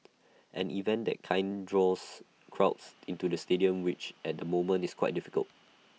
an event that kind draws crowds into the stadium which at the moment is quite difficult